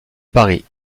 paris